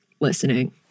listening